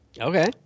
okay